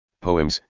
Poems